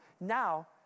now